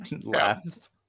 Laughs